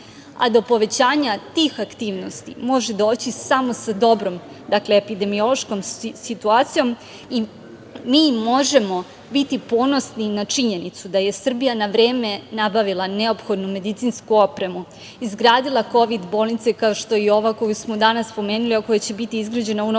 a do povećanja tih aktivnosti može doći samo sa dobrom epidemiološkom situacijom. Mi možemo biti ponosni na činjenicu da je Srbija na vreme nabavila neophodnu medicinsku opremu, izgradila Kovid bolnice kao što je i ova koju smo danas spomenuli, a koja će biti izgrađena u Novom Sadu,